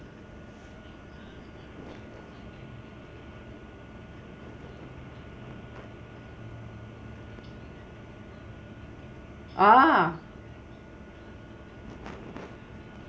ah